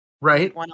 Right